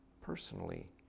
personally